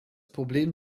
problem